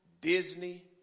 Disney